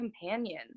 companion